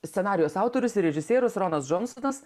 scenarijaus autorius ir režisierius ronas džonsonas